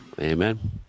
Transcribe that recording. Amen